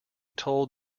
told